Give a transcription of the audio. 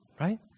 right